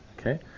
Okay